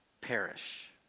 perish